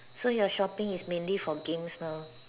so you are shopping is mainly for games now